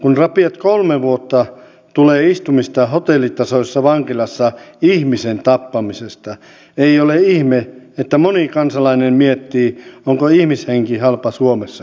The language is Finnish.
kun rapiat kolme vuotta tulee istumista hotellitasoisessa vankilassa ihmisen tappamisesta ei ole ihme että moni kansalainen miettii onko ihmishenki halpa suomessakin